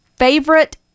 favorite